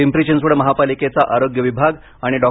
पिंपरी चिंचवड महापालिकेचा आरोग्य विभाग आणि डॉ